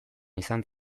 izan